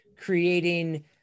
creating